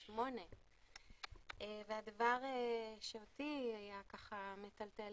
8. והדבר שאותי טילטל